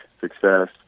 success